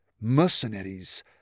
mercenaries